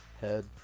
Head